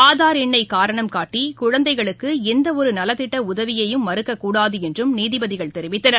ஆதார் எண்ணை காரணம் காட்டி குழந்தைகளுக்கு எந்தவொரு நலத்திட்ட உதவியையும் மறுக்கக்கூடாது என்றும் நீதிபதிகள் தெரிவித்தனர்